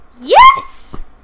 Yes